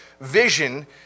vision